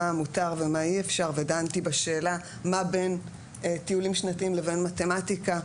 מותר ומה אי אפשר ודנתי בשאלה מה בין טיולים שנתי לבין מתמטיקה,